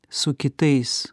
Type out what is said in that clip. su kitais